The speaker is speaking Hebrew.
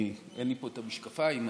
אין לי את המשקפיים,